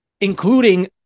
including